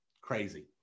crazy